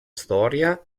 storia